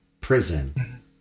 prison